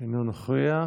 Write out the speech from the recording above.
אינו נוכח,